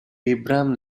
abram